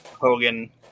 Hogan